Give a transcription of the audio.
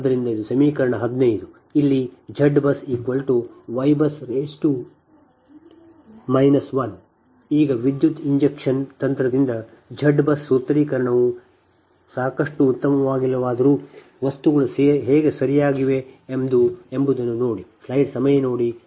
ಆದ್ದರಿಂದ ಇದು ಸಮೀಕರಣ 15 ಅಲ್ಲಿ Z BUS Y BUS ಈಗ ವಿದ್ಯುತ್ ಇಂಜೆಕ್ಷನ್ ತಂತ್ರದಿಂದ Z BUS ಸೂತ್ರೀಕರಣವು ಈ ತಂತ್ರವು ಸಾಕಷ್ಟು ಉತ್ತಮವಾಗಿಲ್ಲವಾದರೂ ವಸ್ತುಗಳು ಹೇಗೆ ಸರಿಯಾಗಿವೆ ಎಂಬುದನ್ನು ನೋಡಿ